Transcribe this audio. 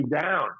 down